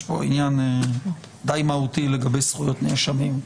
יש פה עניין די מהותי לגבי זכויות נאשמים.